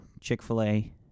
Chick-fil-A